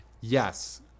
yes